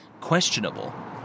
questionable